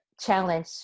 challenge